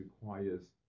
requires